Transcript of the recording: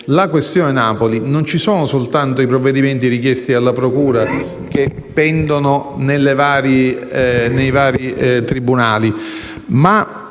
riguarda Napoli, non ci sono soltanto i provvedimenti richiesti dalla procura che pendono nei vari tribunali, ma